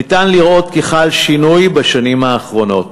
ניתן לראות כי חל שינוי בשנים האחרונות,